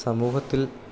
സമൂഹത്തിൽ